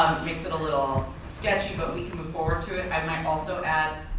makes it a little sketchy but we can move forward to it. i might also add